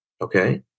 okay